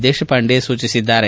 ದೇಶಪಾಂಡೆ ಸೂಚಿಸಿದ್ದಾರೆ